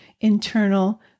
internal